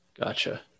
Gotcha